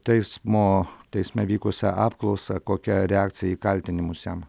teismo teisme vykusią apklausą kokia reakcija į kaltinimus jam